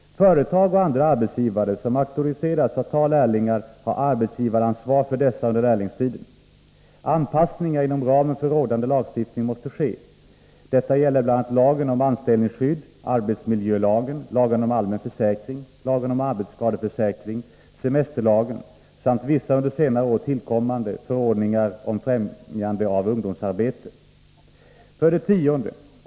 Företag och andra arbetsgivare som auktoriserats att ta lärlingar har arbetsgivaransvar för dessa under lärlingstiden. Anpassningar inom ramen för rådande lagstiftning måste ske. Detta gäller bl.a. lagen om anställningsskydd, arbetsmiljölagen, lagen om allmän försäkring, lagen om arbetsskadeförsäkring, semesterlagen samt vissa under senare år tillkomna förordningar om främjande av ungdomsarbete. 10.